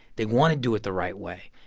they want to do it the right way.